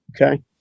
Okay